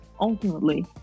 ultimately